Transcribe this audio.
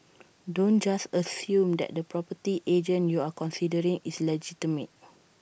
don't just assume that the property agent you're considering is legitimate